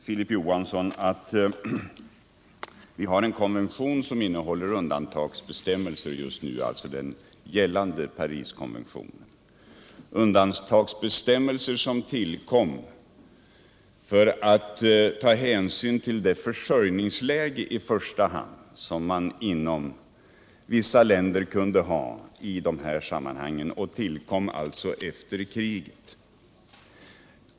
Filip Johansson sade att vi har en konvention som innehåller undantagsbestämmelser, alltså den nu gällande Pariskonventionen. Undantagsbestämmelserna tillkom efter kriget, i första hand av hänsyn till försörjningsläget i vissa länder.